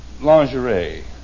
lingerie